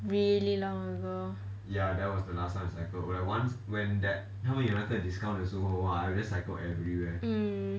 really long ago mm